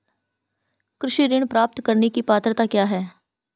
कृषि ऋण प्राप्त करने की पात्रता क्या है?